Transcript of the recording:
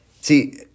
See